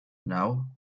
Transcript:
now